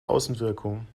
außenwirkung